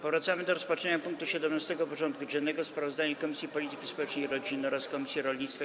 Powracamy do rozpatrzenia punktu 17. porządku dziennego: Sprawozdanie Komisji Polityki Społecznej i Rodziny oraz Komisji Rolnictwa i